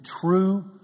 true